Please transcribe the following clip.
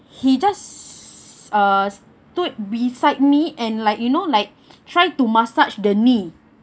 he just uh stood beside me and like you know like try to massage the knee